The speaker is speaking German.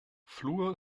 fluor